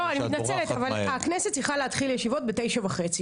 אני מתנצלת אבל הכנסת צריכה להתחיל ישיבות ב-09:30.